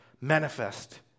manifest